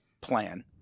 plan